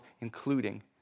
including